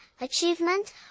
achievement